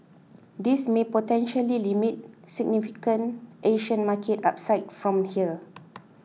this may potentially limit significant Asian market upside from here